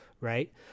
right